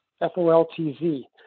F-O-L-T-Z